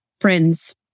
friends